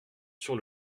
sur